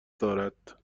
دارد